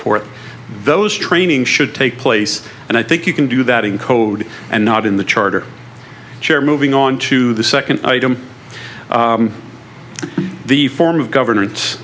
forth those training should take place and i think you can do that in code and not in the charter chair moving on to the second item in the form of governance